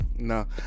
No